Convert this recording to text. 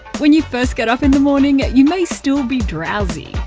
when you first get up in the morning, you may still be drowsy.